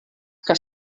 que